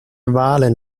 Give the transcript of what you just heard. wahlen